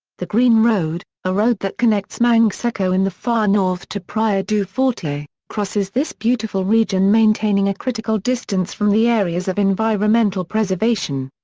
the green road, a road that connects mangue seco in the far north to praia do forte, crosses this beautiful region maintaining a critical distance from the areas of environmental preservation.